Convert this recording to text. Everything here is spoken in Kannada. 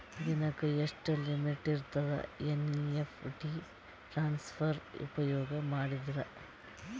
ದಿನಕ್ಕ ಎಷ್ಟ ಲಿಮಿಟ್ ಇರತದ ಎನ್.ಇ.ಎಫ್.ಟಿ ಟ್ರಾನ್ಸಫರ್ ಉಪಯೋಗ ಮಾಡಿದರ?